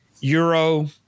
euro